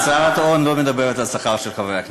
הצהרת ההון לא מדברת על השכר של חברי הכנסת,